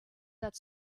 that